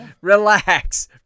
relax